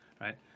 right